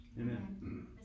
Amen